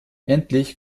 endlich